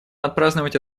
отпраздновать